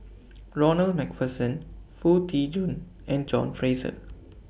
Ronald MacPherson Foo Tee Jun and John Fraser